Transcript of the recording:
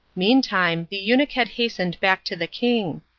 meantime the eunuch had hastened back to the king.